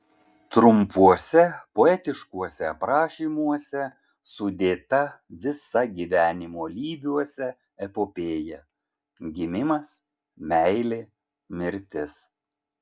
trumpuose poetiškuose aprašymuose sudėta visa gyvenimo lybiuose epopėja gimimas meilė mirtis